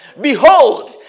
Behold